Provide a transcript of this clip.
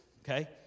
okay